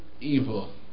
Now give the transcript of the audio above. evil